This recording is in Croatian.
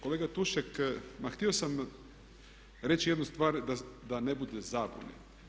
Kolega Tušek ma htio sam reći jednu stvar, da ne bude zabune.